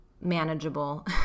manageable